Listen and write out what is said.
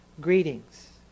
greetings